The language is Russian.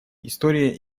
история